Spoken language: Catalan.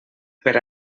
per